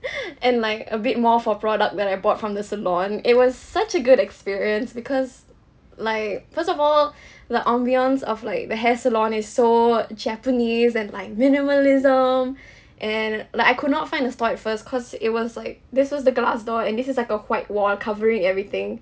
and like a bit more for product that I bought from the salon it was such a good experience because like first of all the ambience of like the hair salon is so japanese and like minimalism and like I could not find the store at first cause it was like this was the glass door and this is like a white wall covering everything